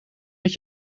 met